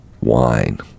wine